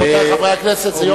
רבותי חברי הכנסת, זה יום לא קל.